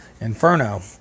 Inferno